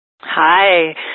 Hi